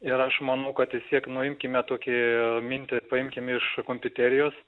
ir aš manau kad išsyk nuimkime tokią mintį paimkime iš kompiuterijos